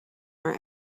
our